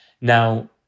Now